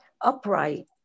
upright